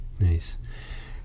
Nice